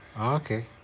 Okay